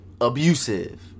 abusive